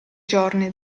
giorni